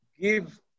give